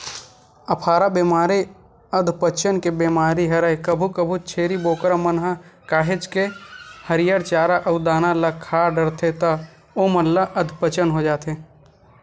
अफारा बेमारी अधपचन के बेमारी हरय कभू कभू छेरी बोकरा मन ह काहेच के हरियर चारा अउ दाना ल खा डरथे त ओमन ल अधपचन हो जाथे